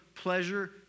pleasure